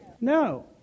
No